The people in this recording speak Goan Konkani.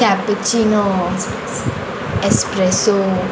cappuccino espresso